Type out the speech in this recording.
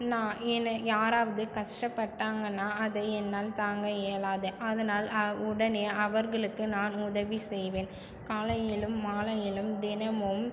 நான் என்னை யாராவது கஷ்டப்பட்டாங்கன்னா அதை என்னால் தாங்க இயலாது அதனால் அ உடனே அவர்களுக்கு நான் உதவி செய்வேன் காலையிலும் மாலையிலும் தினமும்